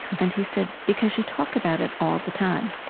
and he said, because you talk about it all the time.